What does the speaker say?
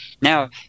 Now